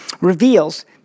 reveals